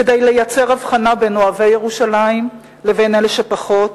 כדי לייצר הבחנה בין אוהבי ירושלים לבין אלה שפחות,